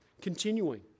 Continuing